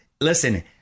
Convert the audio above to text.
Listen